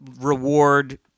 reward